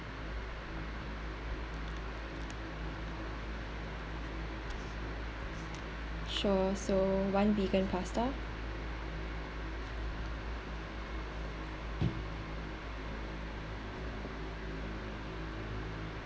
sure so one vegan pasta